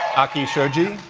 aki shoji